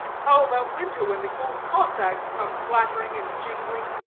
how about winter, when the cold cossacks come clattering and jingling?